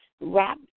wrap